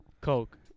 Coke